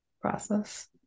process